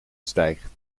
stijgt